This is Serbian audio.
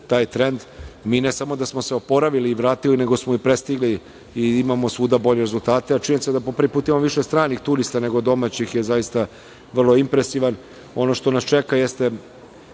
taj trend. Mi ne samo da smo se oporavili i vratili, nego smo i prestigli i imamo svuda bolje rezultate. Činjenica je da po prvi put imamo više stranih turista nego domaćih je zaista vrlo impresivna. Ono što nas čeka jeste,